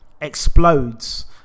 explodes